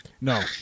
No